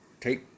take